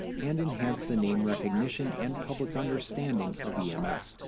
and enhance the name recognition and public understanding of ems.